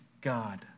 God